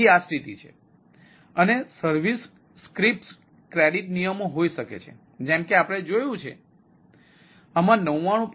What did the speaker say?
તેથી આ સ્થિતિ છે અને સર્વિસ સ્ક્રિપ્ટ્સ ક્રેડિટ નિયમો હોઈ શકે છે જેમ કે આપણે જોયું છે આમાં 99